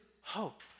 hope